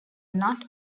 not